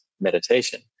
meditation